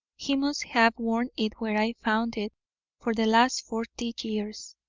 he must have worn it where i found it for the last forty years,